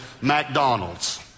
McDonald's